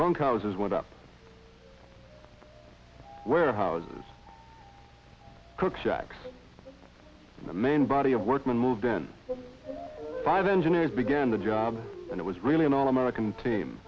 bunkhouses went up warehouses cook shacks the main body of workmen moved in five engineers began the job and it was really an all american team